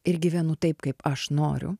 ir gyvenu taip kaip aš noriu